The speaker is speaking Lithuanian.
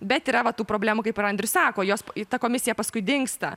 bet yra va tų problemų kaip ir andrius sako jos ir tą komisiją paskui dingsta